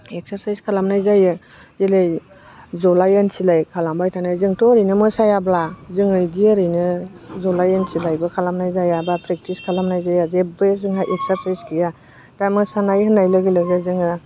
exercise खालामनाय जायो जेरै जलाय उथिलाय खालामबाय थानायजोंथ' ओरैनो मोसायाब्ला जोङो बिदि ओरैनो जलाय उथिलायबो खालामनाय जाया बा प्रेकटिस खालामनाय जाया जेबो जोंहा एक्सारसाइस गैया दा मोसानाय होननाय लोगो लोगोनो जोङो